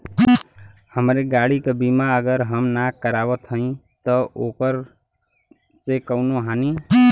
हमरे गाड़ी क बीमा अगर हम ना करावत हई त ओकर से कवनों हानि?